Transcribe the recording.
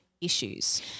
issues